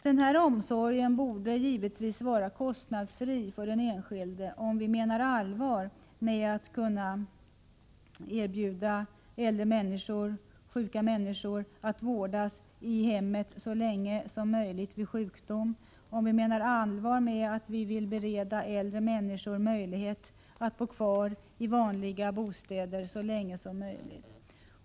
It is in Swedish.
Denna omsorg borde givetvis vara kostnadsfri för den enskilde, om vi menar allvar med att kunna erbjuda äldre människor vård i hemmet vid sjukdom och att bo kvar i vanliga bostäder så länge som möjligt.